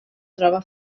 troba